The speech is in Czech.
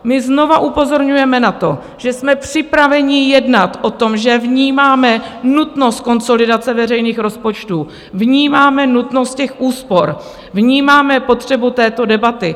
My znovu upozorňujeme na to, že jsme připraveni jednat o tom, že vnímáme nutnost konsolidace veřejných rozpočtů, vnímáme nutnost úspor, vnímáme potřebu této debaty.